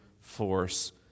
force